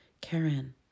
Karen